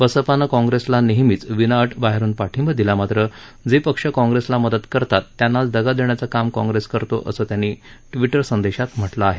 बसपानं काँग्रेसला नेहमीच विनाअट बाहेरुन पाठिंबा दिला मात्र जे पक्ष काँग्रेसला मदत करतात त्यांनाच दगा देण्याचं काम काँग्रेस करतो असं त्यांनी ट्विटर संदेशात म्हटलं आहे